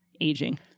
aging